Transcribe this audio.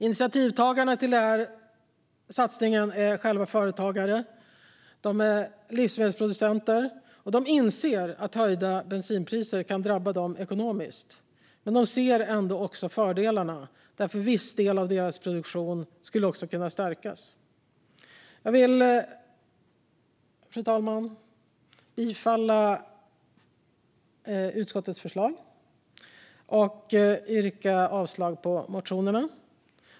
De som står bakom initiativet är själva företagare och livsmedelsproducenter och inser att höjda bensinpriser kan drabba dem ekonomiskt, men de ser också fördelarna och att en viss del av deras produktion skulle kunna stärkas. Fru talman! Jag vill yrka bifall till utskottets förslag och avslag på motionerna.